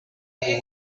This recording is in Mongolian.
нэг